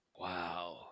Wow